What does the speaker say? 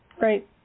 Right